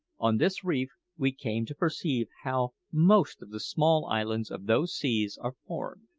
on this reef, we came to perceive how most of the small islands of those seas are formed.